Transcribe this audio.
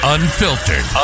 Unfiltered